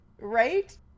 Right